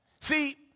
See